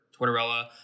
Tortorella